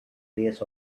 days